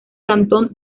cantón